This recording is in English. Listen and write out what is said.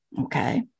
okay